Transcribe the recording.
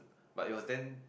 but it was then